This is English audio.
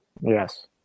Yes